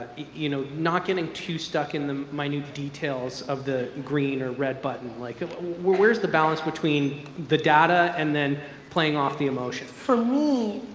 you know not getting too stuck in the minute details of the green or red button, like ah where's the balance between the data and then playing off the emotion? for me,